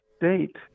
date